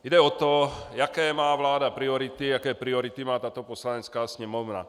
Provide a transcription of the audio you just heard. Jde o to, jaké má vláda priority, jaké priority má tato Poslanecká sněmovna.